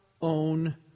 own